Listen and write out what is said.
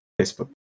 Facebook